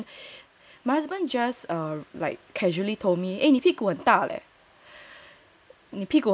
and then my husband my husband just err like casually told me 你屁股很大 leh 你屁股很大